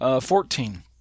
fourteen